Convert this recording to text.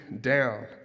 down